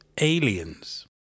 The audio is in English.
aliens